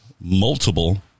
multiple